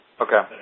okay